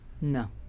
No